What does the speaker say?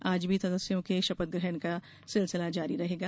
आज भी सदस्यों के शपथ ग्रहण का सिलसिला जारी रहेगा